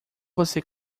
você